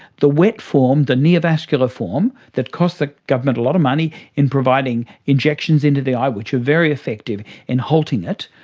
the wet form, the neovascular form that costs the government a lot of money in providing injections into the eye, which are very effective in halting it,